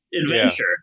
adventure